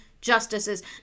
Justices